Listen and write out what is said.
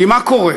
כי מה קורה?